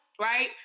right